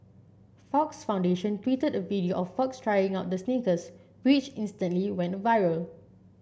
Fox Foundation tweeted a video of Fox trying out the sneakers which instantly went viral